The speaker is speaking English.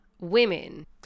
women